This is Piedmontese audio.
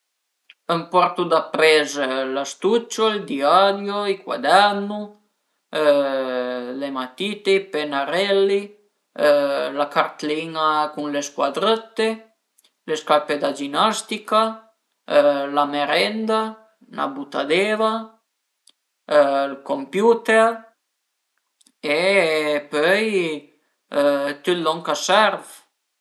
Ën dipinto a la parete pös pendilu bütand fazand dui pertüs e bütu dui tasei cun due vis e pöi apres pendu ël cuader e pöi saru le vis parei a ven pa giü